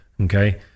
Okay